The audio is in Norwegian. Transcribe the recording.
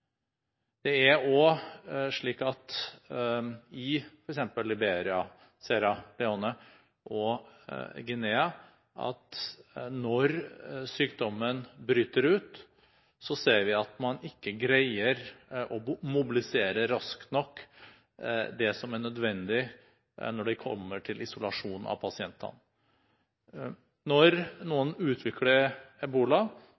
Det er også slik – f.eks. i Liberia, Sierra Leone og Guinea – at når sykdommen bryter ut, ser vi at man ikke greier å mobilisere raskt nok det som er nødvendig når det kommer til isolasjon av pasientene. Når